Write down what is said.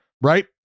right